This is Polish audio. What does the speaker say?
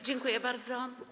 Dziękuję bardzo.